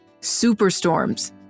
superstorms